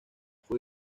fue